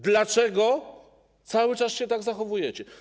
Dlaczego cały czas się tak zachowujecie?